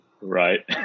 right